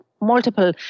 multiple